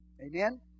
Amen